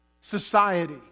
society